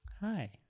Hi